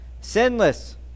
Sinless